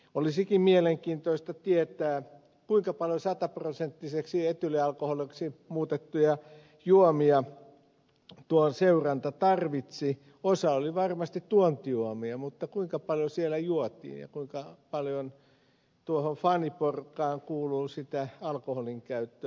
olisikin mielenkiintoista tietää kuinka paljon sataprosenttiseksi etyylialkoholiksi muutettuja juomia tuon seuranta tarvitsi osa oli varmasti tuontijuomia mutta kuinka paljon siellä juotiin ja kuinka paljon tuohon faniporukkaan kuuluu sitä alkoholinkäyttöä